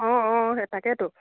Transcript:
অঁ অঁ সেই তাকেইতো